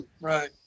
Right